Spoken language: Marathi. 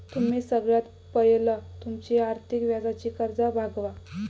तुम्ही सगळ्यात पयला तुमची अधिक व्याजाची कर्जा भागवा